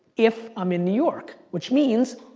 if i'm in new york, which means,